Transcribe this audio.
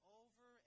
over